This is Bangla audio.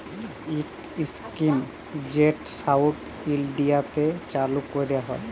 ইকট ইস্কিম যেট সাউথ ইলডিয়াতে চালু ক্যরা হ্যয়